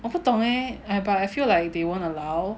我不懂 eh but I feel like they won't allow